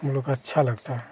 हम लोग को अच्छा लगता है